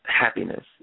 Happiness